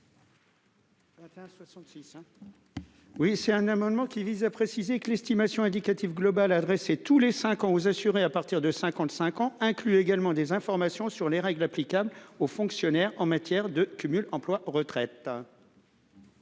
rapporteur. Cet amendement vise à préciser que l'estimation indicative globale (EIG), adressée tous les cinq ans aux assurés à partir de 55 ans, inclut également des informations sur les règles applicables aux fonctionnaires en matière de cumul emploi-retraite.